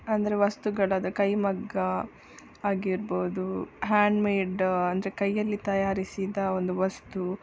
ಅಂದರೆ ವಸ್ತುಗಳಾದ ಕೈಮಗ್ಗ ಆಗಿರ್ಬೋದು ಹ್ಯಾಂಡ್ಮೇಡ್ ಅಂದರೆ ಕೈಯಲ್ಲಿ ತಯಾರಿಸಿದ ಒಂದು ವಸ್ತು